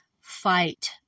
fight